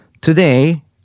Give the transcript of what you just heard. Today